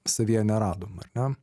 savyje neradom ar ne